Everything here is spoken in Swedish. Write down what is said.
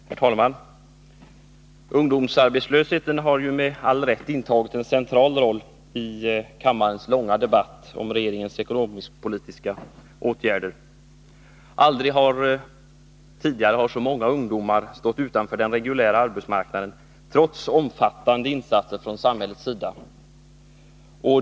Herr talman! Ungdomsarbetslösheten har med all rätt intagit en central roll i kammarens långa debatt om de av regeringen föreslagna ekonomiskpolitiska åtgärderna. Aldrig tidigare har så många ungdomar stått utanför den reguljära arbetsmarknaden, trots omfattande insatser från samhällets sida.